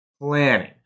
Planning